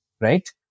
right